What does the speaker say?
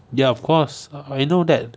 ya of course I know that